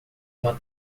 uma